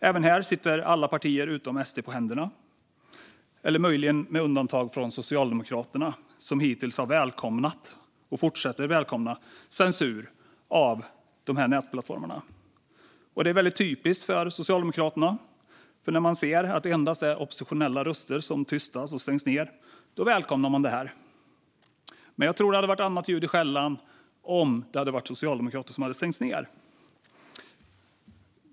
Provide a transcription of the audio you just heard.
Även här sitter alla partier utom Sverigedemokraterna på händerna, möjligen med undantag för Socialdemokraterna, som hittills har välkomnat och fortsätter att välkomna censur av de här nätplattformarna. Det är väldigt typiskt för Socialdemokraterna: När man ser att det endast är oppositionella röster som tystas och stängs ned välkomnar man detta. Jag tror dock att det hade varit annat ljud i skällan om det hade varit socialdemokrater som stängdes ned.